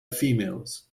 females